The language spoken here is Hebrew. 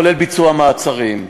כולל ביצוע מעצרים.